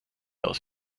aus